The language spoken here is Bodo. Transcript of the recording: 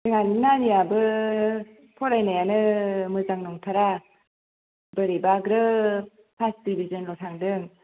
जोंहानि नानिआबो फरायनायानो मोजां नंथारा बोरैबा ग्रोब फार्स्ट डिभिज'नाव थादों